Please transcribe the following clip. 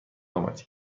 آمدی